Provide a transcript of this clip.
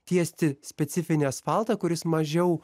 tiesti specifinį asfaltą kuris mažiau